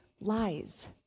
lies